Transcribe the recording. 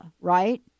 Right